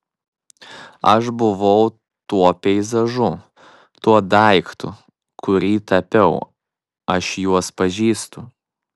aš buvau tuo peizažu tuo daiktu kurį tapiau aš juos pažįstu